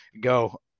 Go